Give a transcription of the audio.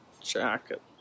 jacket